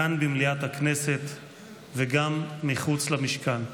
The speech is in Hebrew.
כאן במליאת הכנסת וגם מחוץ למשכן.